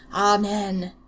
amen!